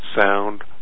sound